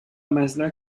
mazda